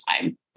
time